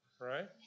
right